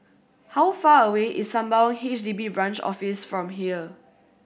how far away is Sembawang H D B Branch Office from here